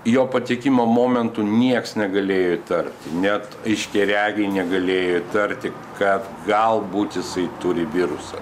jo patekimo momentu nieks negalėjo įtarti net aiškiaregiai negalėjo įtarti kad galbūt jisai turi virusą